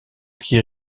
qui